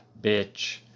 bitch